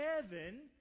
heaven